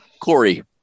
Corey